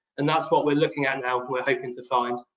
and that's what we're looking at now, we're hoping to find.